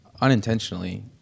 unintentionally